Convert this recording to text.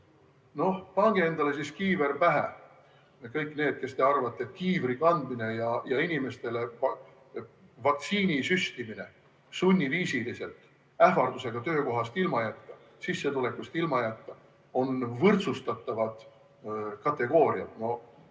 Pange endale siis kiiver pähe, kõik need, kes te arvate, et kiivri kandmine ja inimestele vaktsiini süstimine sunniviisiliselt, ähvardusega töökohast ilma jätta, sissetulekust ilma jätta, on võrdsustatavad kategooriad.